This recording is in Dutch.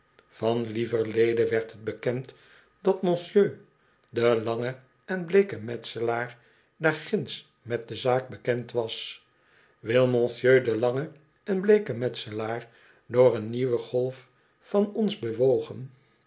van lieverlede werd het bekend dat monsieur de lange en bleeke metselaar daar ginds met de zaak bekend was wil monsieur de lange en bleeke metselaar dooi een nieuwe golf van ons bewogen